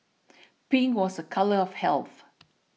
pink was a colour of health